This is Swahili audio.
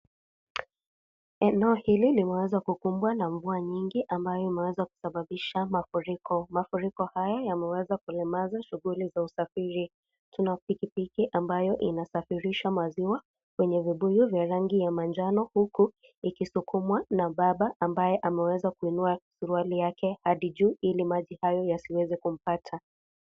Eneo hili limeweza kukumbwa na mvua nyingi ambayo imeweza kusababisha mafuriko. Mafuriko haya yameweza kulemaza shughuli za usafiri. Kuna pikipiki ambayo inasafiriha maziwa kwenye vibuyu vya rangi ya manjano huku ikisukumwa na baba ambaye ameweza kuinua suruali yake hadi juu ,ili maji hayo yasiweze kumpata.